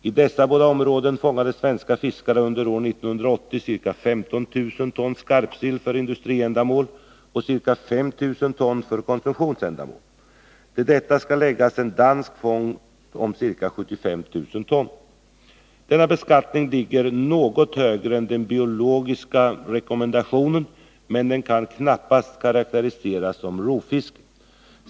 I dessa båda områden fångade svenska fiskare under år 1980 ca 15 000 ton skarpsill för industriändamål och ca 5 000 ton för konsumtionsändamål. Till detta skall läggas en dansk fångst om ca 75 000 ton. Denna beskattning ligger något högre än den biologiska rekommendationen från ICES, men den kan knappast karakteriseras som rovfiske.